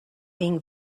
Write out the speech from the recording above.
being